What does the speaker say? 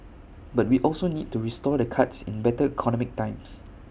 but we also need to restore the cuts in better economic times